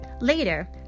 later